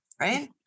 right